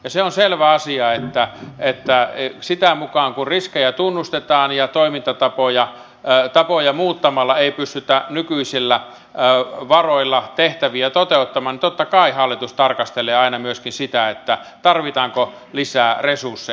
se on selvä asia että sitä mukaa kun riskejä tunnustetaan ja toimintatapoja muuttamalla ei pystytä nykyisillä varoilla tehtäviä toteuttamaan totta kai hallitus tarkastelee aina myöskin sitä tarvitaanko lisää resursseja